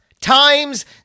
times